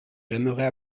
j’aimerais